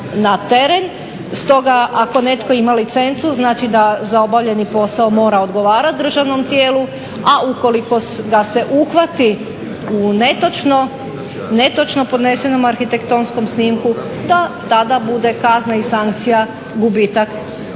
na teren. Stoga ako netko ima licencu znači da za obavljeni posao mora odgovarat državnom tijelu, a ukoliko ga se uhvati u netočno podnesenom arhitektonskom snimku da tada bude kazna i sankcija, gubitak